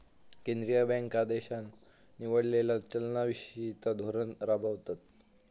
केंद्रीय बँका देशान निवडलेला चलना विषयिचा धोरण राबवतत